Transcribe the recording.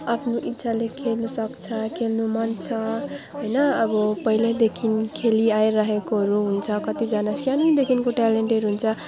आफ्नो इच्छाले खेल्नु सक्छ खेल्नु मन छ होइन अब पहिल्यैदेखिन् खेलि आइरहेकोहरू हुन्छ कतिजना सानैदेखिन्को ट्यालेन्टेड हुन्छ